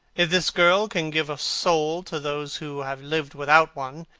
if this girl can give a soul to those who have lived without one,